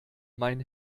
mein